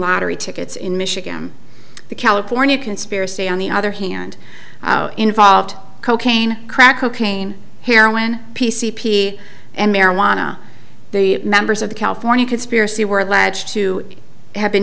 lottery tickets in michigan the california conspiracy on the other hand involved cocaine crack cocaine heroin p c p and marijuana the members of the california conspiracy were alleged to have been